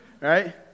right